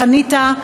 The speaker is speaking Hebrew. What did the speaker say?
וחניתה,